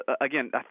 Again